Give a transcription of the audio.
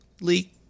leak